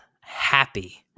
happy